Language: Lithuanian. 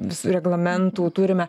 visų reglamentų turime